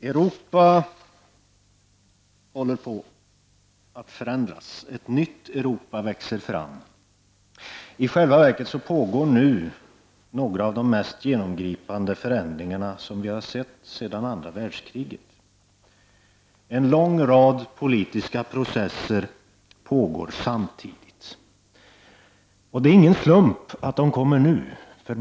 Herr talman! Europa håller på att förändras; ett nytt Europa växer fram. I själva verket sker nu några av de mest genomgripande förändringar som vi har sett sedan andra världskriget. En lång rad politiska processer pågår samtidigt. Det är ingen slump att de kommer nu.